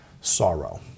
sorrow